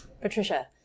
Patricia